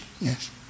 Yes